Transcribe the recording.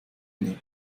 nehmen